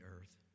earth